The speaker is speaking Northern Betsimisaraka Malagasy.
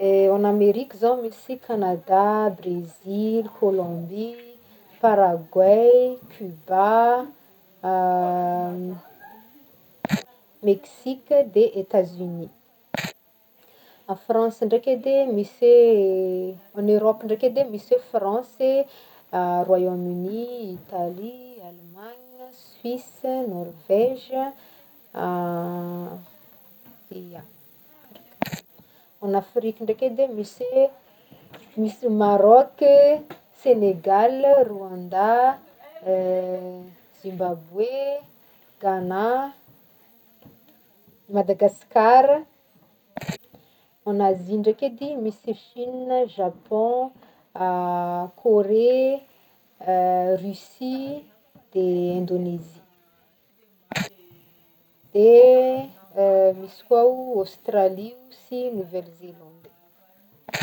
En Amerika zao misy Canada, Bresil, Colombie, Paraguay, Cuba, Mexique de Etats Unis, à France ndraiky edy e misy e, en Europe ndraiky edy misy oe France e, Royaume uni, Italie, Allemagne, Suisse, Norovége ya en Afrique ndraiky edy e misy e misy Maroc e, Senegal, Rwanda Zimbabwe, Ghana, Madagascar, en Azia ndraiky edy misy Chine, Japon, Corrée, Russie de Indonésie de misy koa o Australie o sy Nouvelle Zellande.